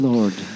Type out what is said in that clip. Lord